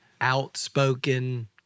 outspoken